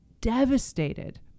devastated